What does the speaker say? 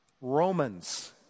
Romans